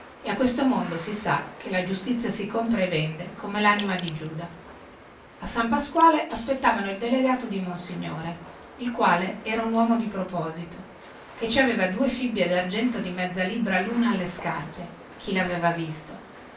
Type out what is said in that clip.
e a questo mondo si sa che la giustizia si compra e vende come lanima di giuda a san pasquale aspettavano il delegato di monsignore il quale era un uomo di proposito che ci aveva due fibbie dargento di mezza libra luna alle scarpe chi laveva visto